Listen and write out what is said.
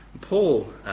Paul